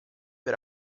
per